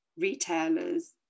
retailers